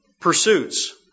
pursuits